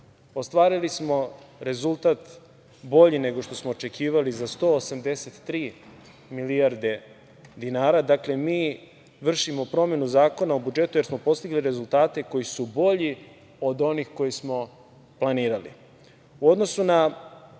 Ostvarili smo rezultat bolji nego što smo očekivali za 183 milijarde dinara. Dakle, mi vršimo promenu Zakona o budžetu, jer smo postigli rezultate koji su bolji od onih koje smo planirali. U odnosu na